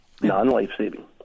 Non-life-saving